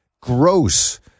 gross